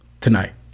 tonight